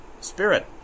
spirit